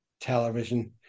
television